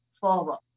forward